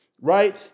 right